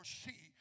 see